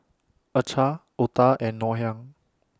Acar Otah and Ngoh Hiang